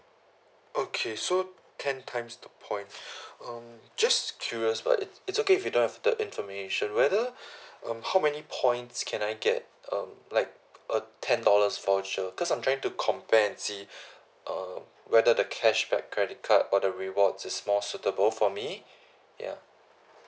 okay so ten times the point um just curious but it's okay if you don't have the information whether um how many points can I get um like a ten dollars voucher cause I'm trying to compare and see uh whether the cashback credit card or the rewards is more suitable for me ya